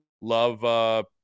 Love